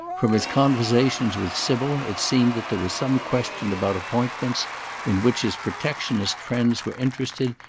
from his conversations with sybil, it seemed that there was some question about appointments in which his protectionist friends were interested,